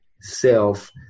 self